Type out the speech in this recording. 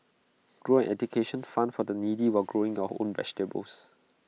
grow an education fund for the needy while growing your own vegetables